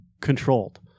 controlled